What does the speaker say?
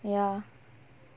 ya